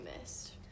missed